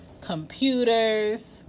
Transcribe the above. computers